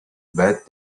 best